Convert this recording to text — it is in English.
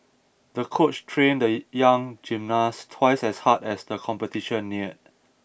the coach trained the young gymnast twice as hard as the competition neared